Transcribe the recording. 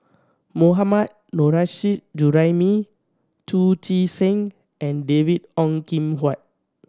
Mohammad Nurrasyid Juraimi Chu Chee Seng and David Ong Kim Huat